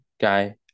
guy